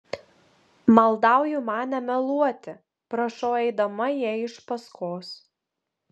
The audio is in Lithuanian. maldauju man nemeluoti prašau eidama jai iš paskos